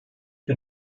bin